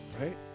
right